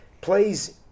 please